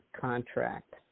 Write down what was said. contract